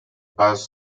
bass